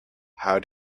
how